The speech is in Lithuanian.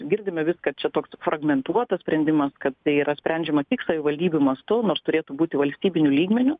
girdime viską čia toks fragmentuotas sprendimas kad tai yra sprendžiama tik savivaldybių mastu nors turėtų būti valstybiniu lygmeniu